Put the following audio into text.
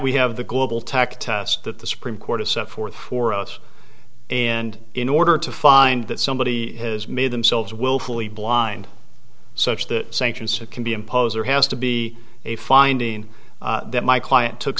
we have the global tack test that the supreme court of set forth for us and in order to find that somebody has made themselves willfully blind such that sanctions have can be imposed there has to be a finding that my client took